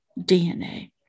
DNA